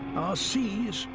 seas,